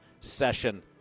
session